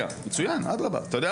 אתה יודע מה?